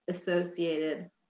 associated